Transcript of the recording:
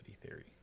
theory